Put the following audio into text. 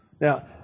Now